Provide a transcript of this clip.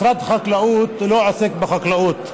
משרד חקלאות לא עוסק בחקלאות,